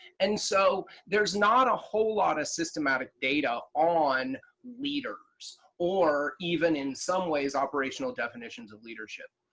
and so, there's not a whole lot of systematic data on leaders or even in some ways operational definitions of leadership.